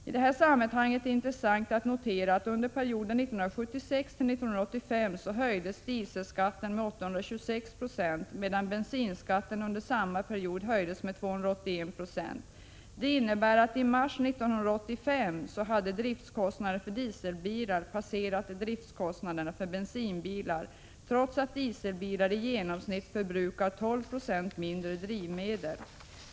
I detta sammanhang är det intressant att notera att under perioden 1976-1985 höjdes dieselskatten med 826 926, medan bensinskatten under samma period höjdes med 281 20. Detta innebar att i mars 1985 hade driftkostnaderna för dieselbilar passerat driftkostnaderna för bensinbilar, trots att dieselbilar i genomsnitt förbrukar 12 76 mindre drivmedel.